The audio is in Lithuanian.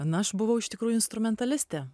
na aš buvau iš tikrųjų instrumentaliste